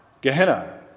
Gehenna